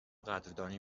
قدردانی